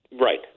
Right